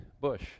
bush